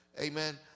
Amen